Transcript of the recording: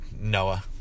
Noah